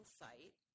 site